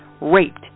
raped